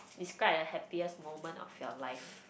describe a happiest moment of your life